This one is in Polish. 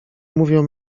mówią